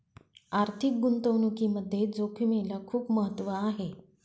आर्थिक गुंतवणुकीमध्ये जोखिमेला खूप महत्त्व आहे